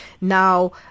Now